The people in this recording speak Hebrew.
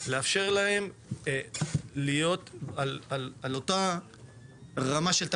לאפשר להם להיות על אותה רמה של תחרותיות.